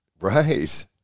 Right